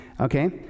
okay